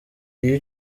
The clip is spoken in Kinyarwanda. iyo